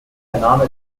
name